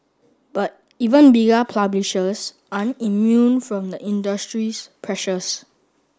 but even bigger publishers aren't immune from the industry's pressures